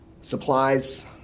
Supplies